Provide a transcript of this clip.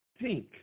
Pink